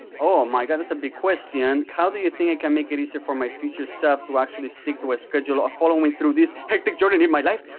oh, my god, that's a big question. how do you think i can make it easier for my future self to actually stick to a schedule ah following through this hectic journey in my life?